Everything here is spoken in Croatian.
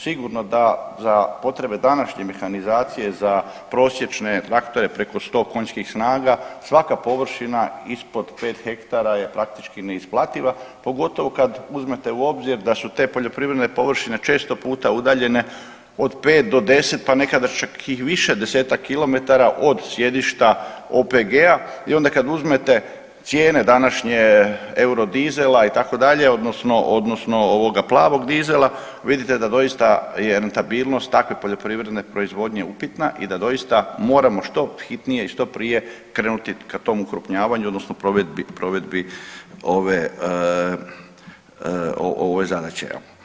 Sigurno da za potrebe današnje mehanizacije za prosječne aktere preko 100 konjskih snaga svaka površina ispod 5 hektara je praktički neisplativa pogotovo kad uzmete u obzir da su te poljoprivredne površine često puta udaljene od 5 do 10 pa nekada čak i više desetaka kilometara od sjedišta OPG-a i onda kad uzmete cijene današnje eurodizela itd. odnosno, odnosno ovog plavog dizela vidite da doista je rentabilnost takve poljoprivredne proizvodnje upitna i da doista moramo što hitnije i što prije krenuti ka tom okrupnjavanju odnosno provedbi, provedbi ove, ove zadaće.